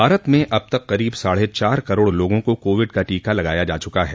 भारत में अब तक करीब साढ़े चार करोड़ लोगों को कोविड का टीका लगाया जा चुका है